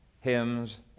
hymns